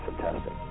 fantastic